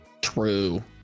true